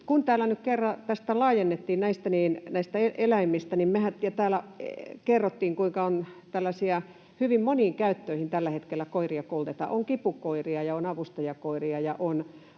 nyt kerran laajennettiin näistä eläimistä ja täällä kerrottiin, kuinka tällaisiin hyvin moniin käyttöihin tällä hetkellä koiria koulutetaan — on kipukoiria ja on avustajakoiria